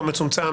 מצומצם,